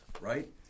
right